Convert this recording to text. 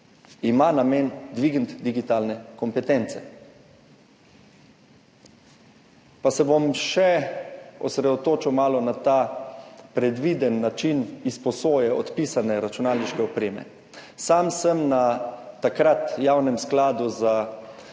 ima namen dvigniti digitalne kompetence. Pa se bom še malo osredotočil na ta predviden način izposoje odpisane računalniške opreme. Sam sem na takrat javnem Skladu za